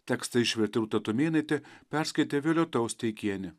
tekstą išvertė rūta tumėnaitė perskaitė violeta austeikienė